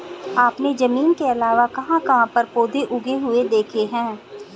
आपने जमीन के अलावा कहाँ कहाँ पर पौधे उगे हुए देखे हैं?